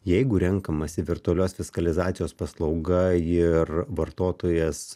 jeigu renkamasi virtualios fiskalizacijos paslauga ir vartotojas